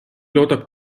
loodab